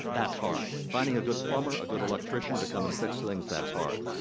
that's hard. finding a good plumber, a good electrician to come and fix things, that's hard.